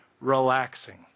relaxing